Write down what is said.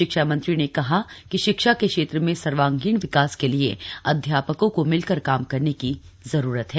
शिक्षा मंत्री ने कहा कि शिक्षा के क्षेत्र में सर्वागीण विकास के लिए अध्यापकों को मिलकर काम करने की जरूरत है